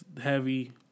Heavy